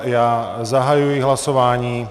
Já zahajuji hlasování...